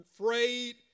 afraid